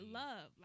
love